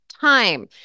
time